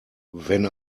wenn